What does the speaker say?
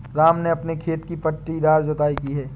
राम ने अपने खेत में पट्टीदार जुताई की